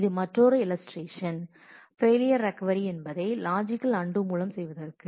இது மற்றொரு illustration illustration failure recovery என்பதை லாஜிக்கல் அன்டூ மூலம் செய்வதற்கு